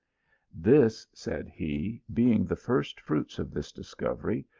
this, said he, being the first fruits of this discovery,